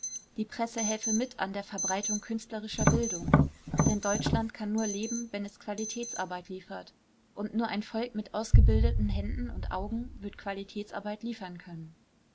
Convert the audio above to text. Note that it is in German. die presse helfe mit an der verbreitung künstlerischer bildung denn deutschland kann nur leben wenn es qualitätsarbeit liefert und nur ein volk mit ausgebildeten händen und augen wird qualitätsarbeit liefern können